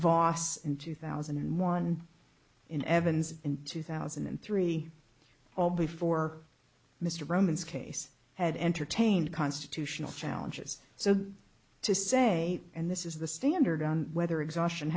vos in two thousand and one in evans in two thousand and three all before mr romans case had entertained constitutional challenges so to say and this is the standard on whether exhaustion